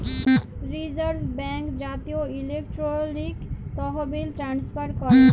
reserve bank জাতীয় electronic তহবিল transfer ক্যরে